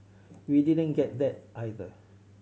we didn't get that either